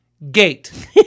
gate